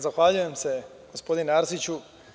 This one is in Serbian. Zahvaljujem se, gospodine Arsiću.